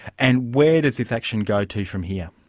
and, where does this action go to from here?